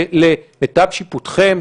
האחרונה למיטב שיפוטכם,